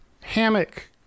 hammock